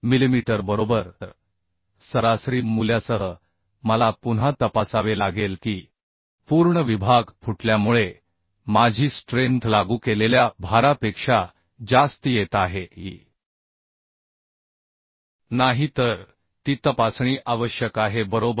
millimetre बरोबर तर सरासरी मूल्यासह मला पुन्हा तपासावे लागेल की पूर्ण विभाग फुटल्यामुळे माझी स्ट्रेंथ लागू केलेल्या भारापेक्षा जास्त येत आहे की नाही तर ती तपासणी आवश्यक आहे बरोबर